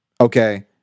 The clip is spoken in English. Okay